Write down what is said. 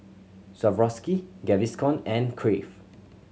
Swarovski Gaviscon and Crave